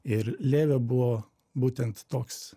ir levi buvo būtent toks